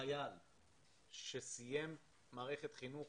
שחייל שסיים מערכת חינוך